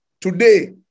Today